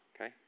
okay